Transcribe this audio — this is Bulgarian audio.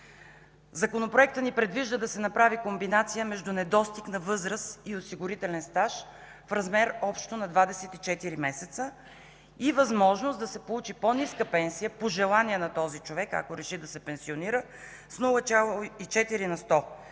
Законопроектът ни предвижда да се направи комбинация между недостиг на възраст и осигурителен стаж в размер общо на 24 месеца и възможност да се получи по-ниска пенсия по желание на този човек, ако реши да се пенсионира, с 0,4 на сто за